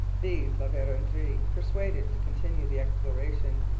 these la verendrye persuaded to continue the exploration.